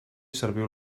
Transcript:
serviu